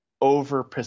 over